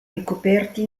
ricoperti